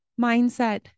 mindset